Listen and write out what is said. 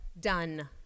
done